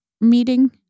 meeting